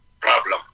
problem